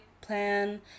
Plan